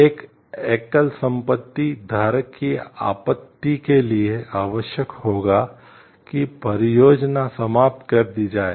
एक एकल संपत्ति धारक की आपत्ति के लिए आवश्यक होगा कि परियोजना समाप्त कर दी जाए